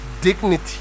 dignity